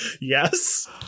yes